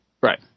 Right